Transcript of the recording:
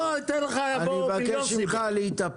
בוא, אני אתן לך -- חיים, אני מבקש ממך להתאפק.